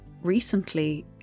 recently